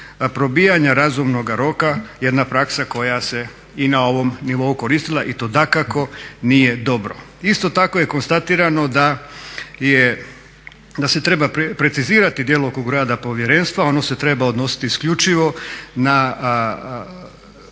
probijanja razumnoga roka je jedna praksa koja se i na ovom nivou koristila i to dakako nije dobro. Isto tako je konstatirano da se treba precizirati djelokrug rada povjerenstva, ono se treba odnositi isključivo na